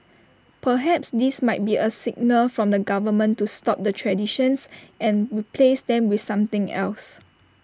perhaps this might be A signal from the government to stop the traditions and replace them with something else